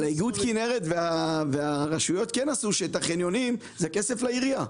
אבל איגוד כנרת והרשויות כן עשו שהחניונים זה כסף לעירייה.